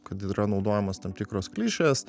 kad yra naudojamos tam tikros klišės